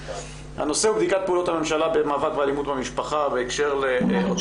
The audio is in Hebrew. בדיקת פעולות הממשלה במאבק באלימות במשפחה - טיפול